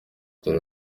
dore